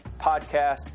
podcast